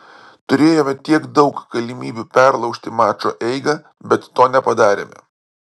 turėjome tiek daug galimybių perlaužti mačo eigą bet to nepadarėme